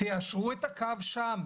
תיישרו את הקו שם,